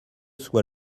soit